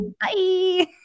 Bye